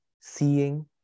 seeing